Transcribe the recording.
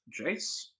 Jace